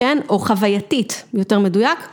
‫כן, או חווייתית יותר מדויק.